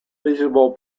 feasible